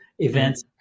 events